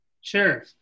Sure